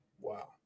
Wow